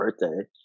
birthday